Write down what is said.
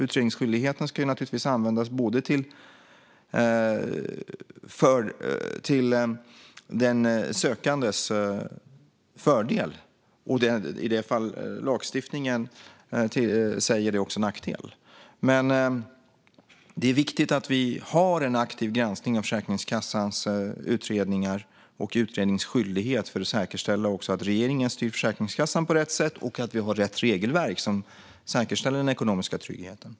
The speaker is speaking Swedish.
Utredningsskyldigheten ska naturligtvis användas till både den sökandes fördel och - i de fall lagstiftningen säger det - den sökandes nackdel. Men det är viktigt att vi har en aktiv granskning av Försäkringskassans utredningar och utredningsskyldighet för att säkerställa att regeringen styr Försäkringskassan på rätt sätt och att vi har rätt regelverk, som säkerställer den ekonomiska tryggheten.